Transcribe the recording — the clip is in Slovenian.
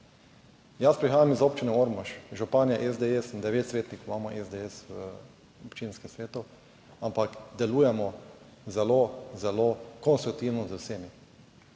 Jaz prihajam iz občine Ormož, župan SDS in devet svetnikov imamo SDS v občinskem svetu, ampak delujemo zelo, zelo konstruktivno z vsemi.